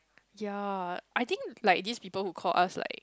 ya I think like this people who call us like